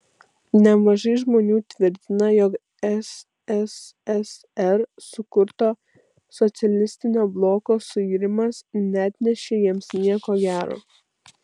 nemažai žmonių tvirtina jog sssr sukurto socialistinio bloko suirimas neatnešė jiems nieko gero